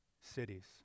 cities